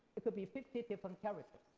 it could be fifty different characters.